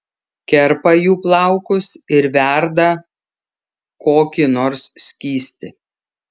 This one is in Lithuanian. kerpa jų plaukus ir verda kokį nors skystį